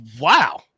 wow